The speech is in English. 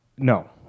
No